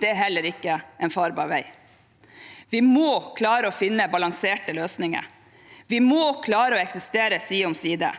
Det er heller ikke en farbar vei. Vi må klare å finne balanserte løsninger. Vi må klare å eksistere side om side.